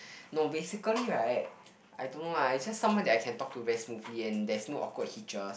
no basically right I don't know lah it's just someone that I can talk to very smoothly and there's no awkward hitches